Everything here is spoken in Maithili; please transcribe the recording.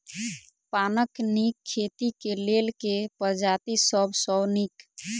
पानक नीक खेती केँ लेल केँ प्रजाति सब सऽ नीक?